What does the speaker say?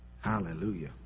Hallelujah